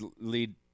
lead